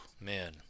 man